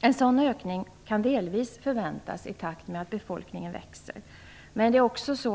En sådan ökning kan delvis förväntas i takt med att befolkningen växer.